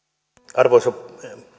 arvoisa